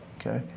Okay